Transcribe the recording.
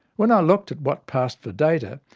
when i looked at what passed for data,